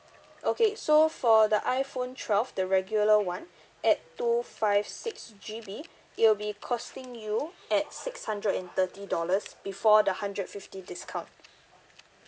okay so for the iphone twelve the regular one at two five six G_B it will be costing you at six hundred and thirty dollars before the hundred fifty discount